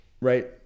Right